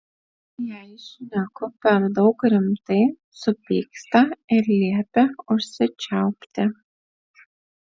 jei šneku per daug rimtai supyksta ir liepia užsičiaupti